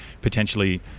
potentially